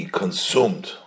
consumed